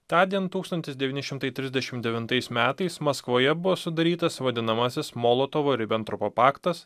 tądien tūkstantis devyni šimtai trisdešimt devintais metais maskvoje buvo sudarytas vadinamasis molotovo ribentropo paktas